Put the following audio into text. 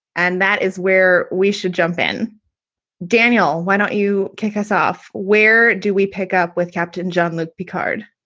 and that is where we should jump in daniel, why don't you kick us off? where do we pick up with captain john like picard?